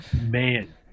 man